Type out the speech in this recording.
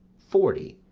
forty,